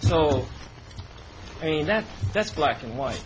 so i mean that that's black and white